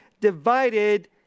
divided